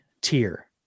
tier